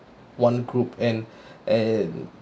one group and and